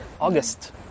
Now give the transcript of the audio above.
August